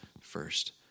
first